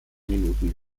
minuten